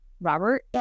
Robert